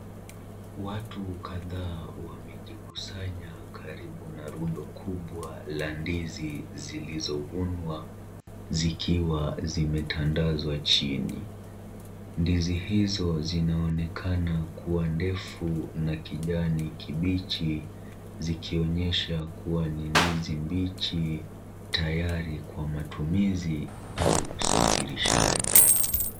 Watu kadhaa wamejikusanya karibu na rundo kubwa la ndizi zilizovunwa zikiwa zimetandazwa chini. Ndizi hizo zinaonekana kuwa ndefu na kijani kibichi zikionyesha kuwa ni ndizi mbichi tayari kwa matumizi au usafirishaji.